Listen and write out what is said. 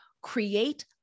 Create